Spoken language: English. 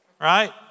right